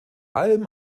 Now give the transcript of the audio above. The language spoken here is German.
allem